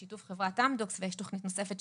בשיתוף חברת אמדוקס ויש תוכנית נוספת,